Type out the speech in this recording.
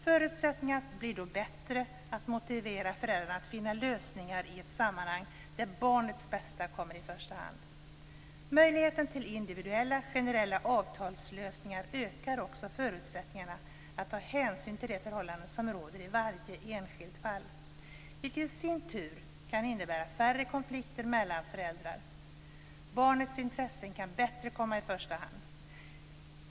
Förutsättningarna blir då bättre att motivera föräldrarna att i ett sammanhang finna lösningar där barnets bästa kommer i första hand. Möjligheten till individuella generella avtalslösningar ökar också förutsättningarna att ta hänsyn till de förhållanden som råder i varje enskilt fall. Det kan i sin tur innebära färre konflikter mellan föräldrar och att det blir lättare att sätta barnets intresse i första hand.